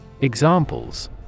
Examples